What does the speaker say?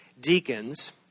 deacons